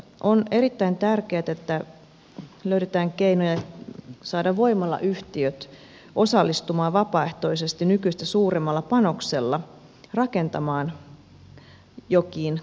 on erittäin tärkeätä että löydetään keinoja saada voimalayhtiöt osallistumaan vapaaehtoisesti nykyistä suuremmalla panoksella rakentamaan jokiin kalateitä